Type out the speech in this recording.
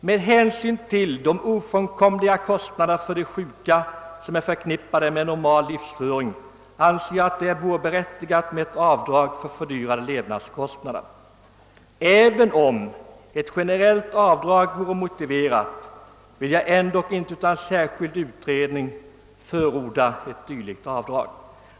Med hänsyn till de ofrånkomliga kostnader för de sjuka som är förknippade med en normal livsföring anser jag att det vore berättigat med ett avdrag för fördyrade levnadskostnader. Även om ett generellt avdrag vore motiverat vill jag inte utan särskild utredning förorda ett dylikt avdrag.